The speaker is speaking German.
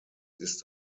ist